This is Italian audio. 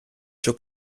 ciò